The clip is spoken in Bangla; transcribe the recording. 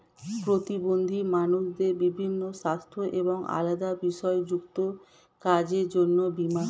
প্রতিবন্ধী মানুষদের বিভিন্ন সাস্থ্য এবং আলাদা বিষয় যুক্ত কাজের জন্য বীমা